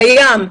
זה קיים.